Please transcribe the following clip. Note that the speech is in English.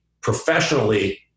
professionally